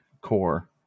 core